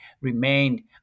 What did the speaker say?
remained